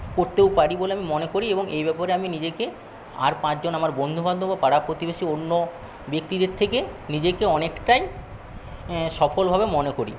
করতেও পারি বলে আমি মনে করি এবং এই ব্যাপারে আমি নিজেকে আর পাঁচজন আমার বন্ধুবান্ধব ও পাড়া প্রতিবেশী অন্য ব্যক্তিদের থেকে নিজেকে অনেকটাই সফল হবে মনে করি